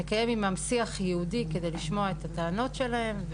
נקיים עמם שיח ייעודי כדי לשמוע את הטענות שלהם,